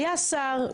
היה שר,